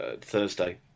Thursday